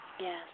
yes